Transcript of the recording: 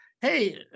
hey